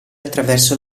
attraverso